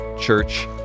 church